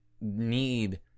need